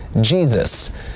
Jesus